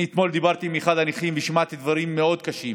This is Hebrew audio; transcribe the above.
אתמול דיברתי עם אחד הנכים ושמעתי דברים קשים מאוד.